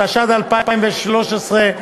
התשע"ד 2013,